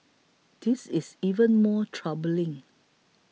this is even more troubling